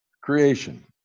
creation